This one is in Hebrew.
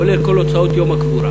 כולל כל הוצאות יום הקבורה.